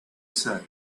say